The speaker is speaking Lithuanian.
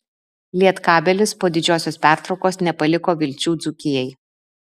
lietkabelis po didžiosios pertraukos nepaliko vilčių dzūkijai